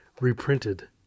reprinted